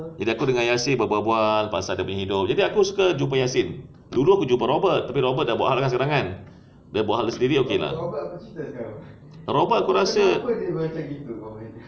jadi aku dengan yasir berbual pasal dia punya hidup jadi aku suka yasir dulu aku jumpa robert tapi robert dah buat hal kan sekarang dia buat hal sendiri robert aku rasa